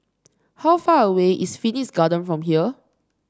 how far away is Phoenix Garden from here